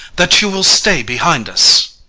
that you will stay behind us!